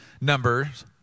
numbers